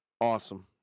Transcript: Awesome